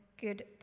good